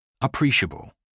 Appreciable